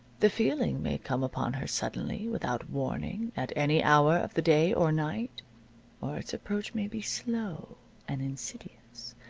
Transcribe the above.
the feeling may come upon her suddenly, without warning, at any hour of the day or night or its approach may be slow and insidious,